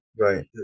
Right